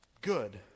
Good